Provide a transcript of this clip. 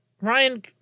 Ryan